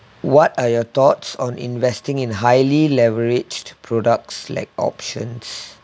what are your thoughts on investing in highly leveraged products like options